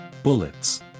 Bullets